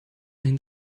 ein